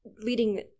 leading